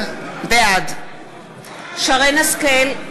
בעד שרן השכל,